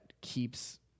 keeps